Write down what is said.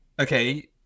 Okay